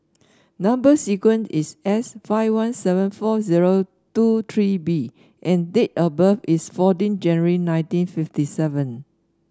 number sequence is S five one seven four zero two three B and date of birth is fourteen January nineteen fifty seven